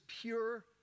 pure